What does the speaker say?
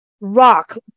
rock